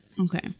Okay